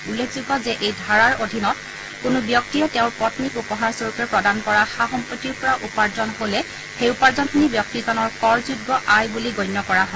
উল্লেখযোগ্য যে এই ধাৰাৰ অধীনত কোনো ব্যক্তিয়ে তেওঁৰ পল্নীক উপহাৰ স্বৰূপে প্ৰদান কৰা সা সম্পত্তিৰ পৰা উপাৰ্জন হ'লে সেই উপাৰ্জনখিনি ব্যক্তিজনৰ কৰ যোগ্য আয় বুলি গণ্য কৰা হয়